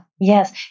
Yes